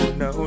no